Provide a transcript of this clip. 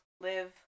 live